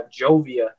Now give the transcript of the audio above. Jovia